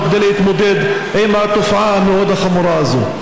כדי להתמודד עם התופעה המאוד-חמורה הזאת.